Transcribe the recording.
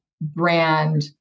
brand